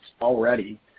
already